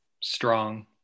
strong